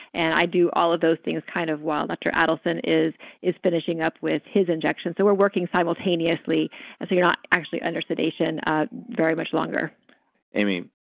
and i do all of those things kind of while dr. adelson is is finishing up with his injections. so we're working simultaneously and so you're not actually under sedation very much longer amy,